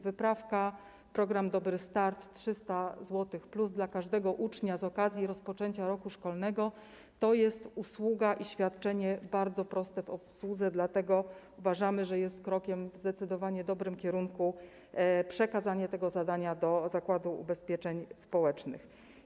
Wyprawka, program „Dobry start”, 300 zł dla każdego ucznia z okazji rozpoczęcia roku szkolnego, to jest usługa i świadczenie bardzo proste w obsłudze, dlatego uważamy, że krokiem zdecydowanie w dobrym kierunku jest przekazanie tego zadania do Zakładu Ubezpieczeń Społecznych.